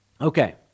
Okay